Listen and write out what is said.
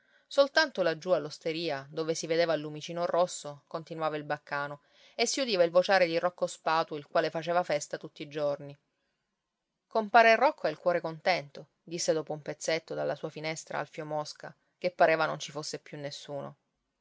soltanto laggiù all'osteria dove si vedeva il lumicino rosso continuava il baccano e si udiva il vociare di rocco spatu il quale faceva festa tutti i giorni compare rocco ha il cuore contento disse dopo un pezzetto dalla sua finestra alfio mosca che pareva non ci fosse più nessuno